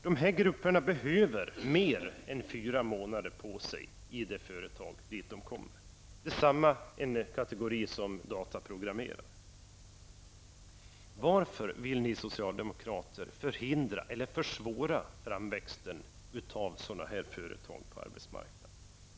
Dessa grupper behöver arbeta mer än fyra månader i det företag dit de kommer. Detsamma gäller kategorin dataprogrammerare. Varför vill ni socialdemokrater förhindra eller försvåra framväxten av sådana företag på arbetsmarknaden?